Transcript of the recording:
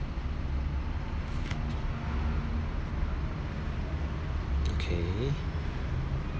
okay